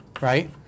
right